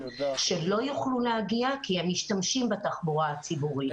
שלא יוכלו להגיע כי הם משתמשים בתחבורה הציבורית.